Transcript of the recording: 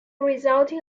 resulting